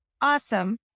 awesome